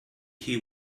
key